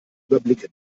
überblicken